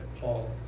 Paul